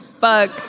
bug